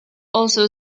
also